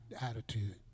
attitude